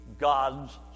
god's